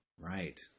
Right